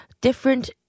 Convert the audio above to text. different